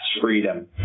freedom